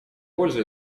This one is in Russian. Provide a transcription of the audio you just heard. пользу